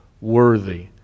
worthy